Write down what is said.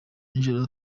nijoro